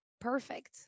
perfect